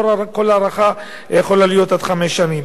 כל הארכה יכולה להיות עד חמש שנים.